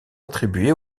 attribués